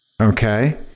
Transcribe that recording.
Okay